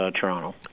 Toronto